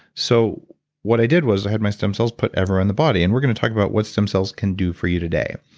so what i did was i had my stem cells put everywhere in the body and we're going to about what stem cells can do for you today